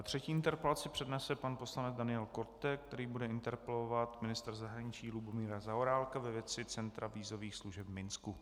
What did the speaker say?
Třetí interpelaci přednese pan poslanec Daniel Korte, který bude interpelovat ministra zahraničí Lubomíra Zaorálka ve věci Centra vízových služeb v Minsku.